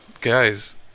guys